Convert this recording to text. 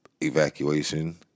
evacuation